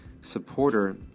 supporter